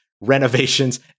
renovations